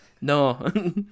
No